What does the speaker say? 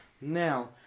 Now